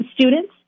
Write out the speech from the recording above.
students